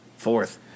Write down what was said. fourth